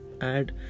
add